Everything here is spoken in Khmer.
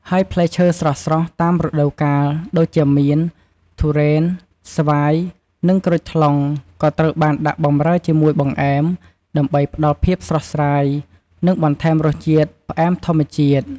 ហើយផ្លែឈើស្រស់ៗតាមរដូវកាល ដូចជាមៀន ទុរេន ស្វាយ និងក្រូចថ្លុង ក៏ត្រូវបានដាក់បម្រើជាមួយបង្អែម ដើម្បីផ្តល់ភាពស្រស់ស្រាយ និងបន្ថែមរសជាតិផ្អែមធម្មជាតិ។